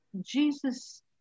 Jesus